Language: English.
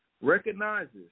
Recognizes